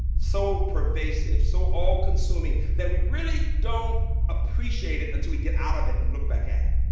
so pervasive, so all-consuming, that we really don't appreciate it until we get out of it and look back at it.